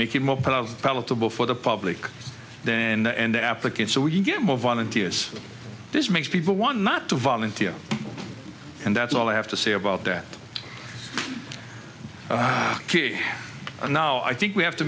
it more palatable for the public then the applicant so you get more volunteers this makes people want not to volunteer and that's all i have to say about that and now i think we have to